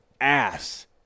ass